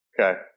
Okay